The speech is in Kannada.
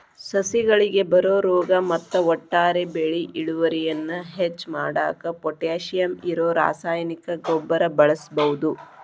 ಸಸಿಗಳಿಗೆ ಬರೋ ರೋಗ ಮತ್ತ ಒಟ್ಟಾರೆ ಬೆಳಿ ಇಳುವರಿಯನ್ನ ಹೆಚ್ಚ್ ಮಾಡಾಕ ಪೊಟ್ಯಾಶಿಯಂ ಇರೋ ರಾಸಾಯನಿಕ ಗೊಬ್ಬರ ಬಳಸ್ಬಹುದು